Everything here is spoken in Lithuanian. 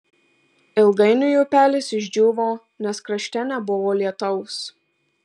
ilgainiui upelis išdžiūvo nes krašte nebuvo lietaus